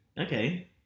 Okay